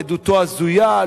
עדותו הזויה,